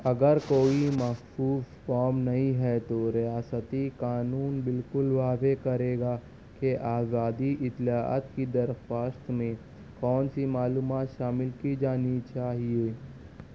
اگر کوئی مخصوص فام نہیں ہے تو ریاستی قانون بالکل واضح کرے گا کہ آزادی اطلاعات کی درخواست میں کون سی معلومات شامل کی جانی چاہیے